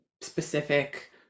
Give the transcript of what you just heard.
specific